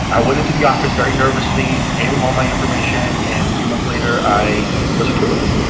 i went into the office very nervously, gave them all my information, and a few months later i was approved.